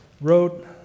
wrote